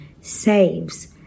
saves